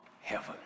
heaven